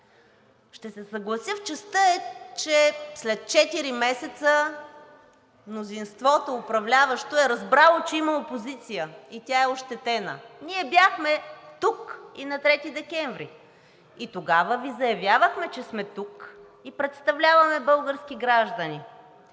Ще се съглася в частта, че след четири месеца мнозинството, управляващо, е разбрало, че има опозиция и тя е ощетена. Ние бяхме тук и на 3 декември, и тогава Ви заявявахме, че сме тук и представляваме български граждани.